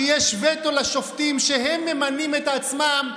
כשיש וטו לשופטים שהם ממנים את עצמם,